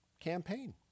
campaign